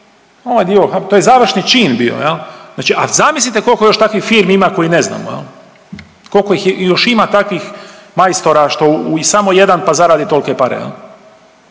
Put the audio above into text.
to je završni čin bio jel, znači, a zamislite kolko još takvih firmi ima koje ne znamo jel, kolko još ima takvih majstora što samo jedan, pa zaradi tolke pare